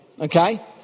Okay